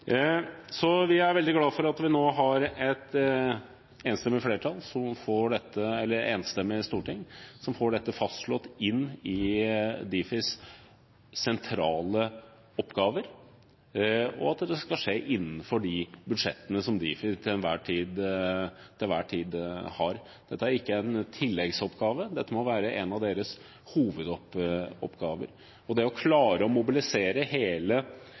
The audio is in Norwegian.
Vi er altså veldig glad for at vi nå har et enstemmig storting som får fastslått at dette skal være blant Difis sentrale oppgaver, og at det skal skje innenfor de budsjettene som Difi til enhver tid har. Dette er ikke en tilleggsoppgave, dette må være en av deres hovedoppgaver, og klarer man å mobilisere